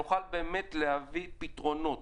שנוכל להביא פתרונות.